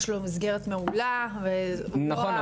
יש לו מסגרת מעולה ו- נכון,